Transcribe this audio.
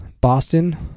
Boston